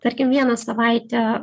tarkim vieną savaitę